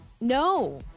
No